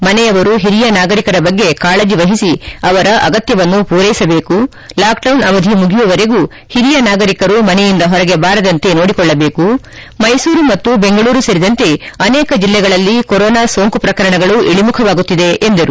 ಮನೆಯವರು ಹಿರಿಯ ನಾಗರಿಕ ಬಗ್ಗೆ ಕಾಳಜಿ ವಹಿಸಿ ಅವರ ಅಗತ್ಜವನ್ನು ಪೂರೈಸಬೇಕು ಲಾಕ್ಡೌನ್ ಅವಧಿ ಮುಗಿಯುವರೆಗೂ ಹಿರಿಯ ನಾಗರಿಕರು ಮನೆಯಿಂದ ಹೊರಗೆ ಬಾರದಂತೆ ನೋಡಿಕೊಳ್ಳಬೇಕು ಮೈಸೂರು ಮತ್ತು ಬೆಂಗಳೂರು ಸೇರಿದಂತೆ ಅನೇಕ ಜಿಲ್ಲೆಗಳಲ್ಲಿ ಕೊರೊನಾ ಸೋಂಕು ಪ್ರಕರಣಗಳು ಇಳಿಮುಖವಾಗುತ್ತಿದೆ ಎಂದರು